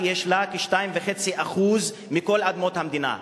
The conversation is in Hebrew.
יש לה רק כ-2.5% מכל אדמות המדינה,